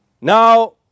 Now